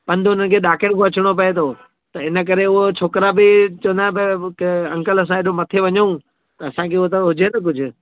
पंधु हुनखे ॾाकिण खां अचणो पए थो त हिनकरे उहे छोकरा बि चवंदा आहिनि भई की अंकल असां हेॾो मथे वञूं त असांखे उहो त हुजे न कुझु